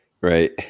Right